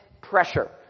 pressure